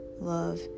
love